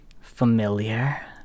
familiar